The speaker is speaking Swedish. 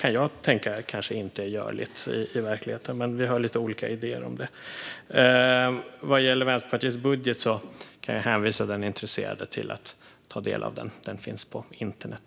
Jag kan tänka mig att det kanske inte är görligt i verkligheten, men vi har lite olika idéer om detta. Jag kan hänvisa den intresserade till att ta del av Vänsterpartiets budget - den finns på internet.